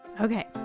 Okay